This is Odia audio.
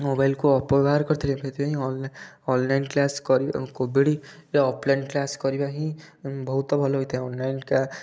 ମୋବାଇଲ୍କୁ ଅପବ୍ୟବହାର କରିଥିଲେ ସେଥିପାଇଁ ଅନଲାଇନ୍ କ୍ଲାସ୍ କରି କୋଭିଡ଼୍ରେ ଅଫଲାଇନ୍ କ୍ଲାସ୍ କରିବା ହିଁ ବହୁତ ଭଲ ହୋଇଥାଏ ଅନଲାଇନ୍ କା